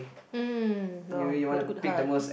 um oh what a good heart